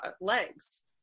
legs